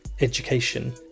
education